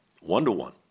one-to-one